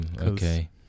Okay